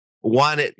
one